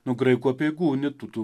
nu graikų apeigų unitų tų